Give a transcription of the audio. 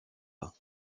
mars